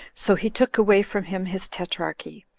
so he took away from him his tetrarchy,